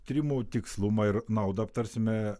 tyrimų tikslumą ir naudą aptarsime